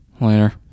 Later